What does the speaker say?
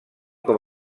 com